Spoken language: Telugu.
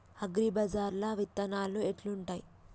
అగ్రిబజార్ల విత్తనాలు ఎట్లుంటయ్?